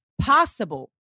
possible